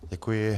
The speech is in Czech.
Děkuji.